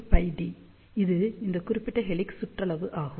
C πD இது இந்த குறிப்பிட்ட ஹெலிக்ஸ் சுற்றளவு ஆகும்